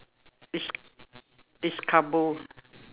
it's it's carbo